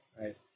right